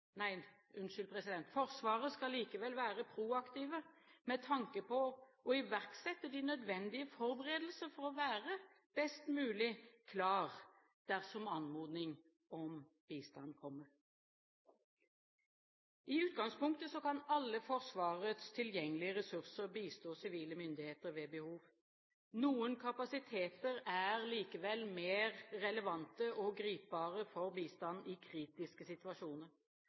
med tanke på å iverksette de nødvendige forberedelser for å være best mulig klar dersom anmodning om bistand kommer. I utgangspunktet kan alle Forsvarets tilgjengelige ressurser bistå sivile myndigheter ved behov. Noen kapasiteter er likevel mer relevante og gripbare for bistand i kritiske situasjoner.